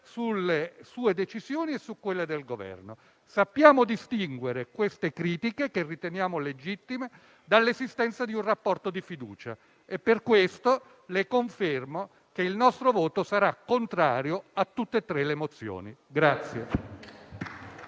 sulle sue decisioni e su quelle del Governo. Sappiamo però distinguere queste critiche, che riteniamo legittime, dall'esistenza di un rapporto di fiducia e per questo le confermo che il nostro voto sarà contrario su tutte e tre le mozioni.